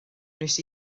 wnes